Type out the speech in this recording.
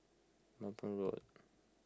Road